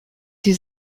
die